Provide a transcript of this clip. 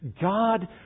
God